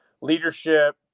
leadership